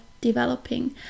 developing